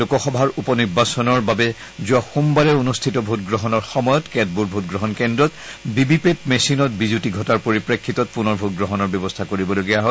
লোকসভাৰ উপ নিৰ্বাচনৰ বাবে যোৱা সোমবাৰে অনুষ্ঠিত ভোটগ্ৰহণৰ সময়ত কেতবোৰ ভোটগ্ৰহণ কেন্দ্ৰত ভি ভি পেট মেচিনত বিজুতি ঘটাৰ পৰিপ্ৰেক্ষিতত পুনৰ ভোটগ্ৰহণৰ ব্যৱস্থা কৰিবলগীয়া হয়